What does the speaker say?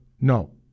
No